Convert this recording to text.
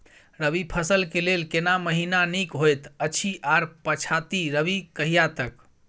रबी फसल के लेल केना महीना नीक होयत अछि आर पछाति रबी कहिया तक?